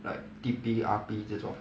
like T_P R_P 这种